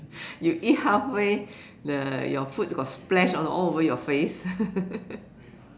you eat halfway the your food got splashed on all over your face